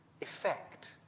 effect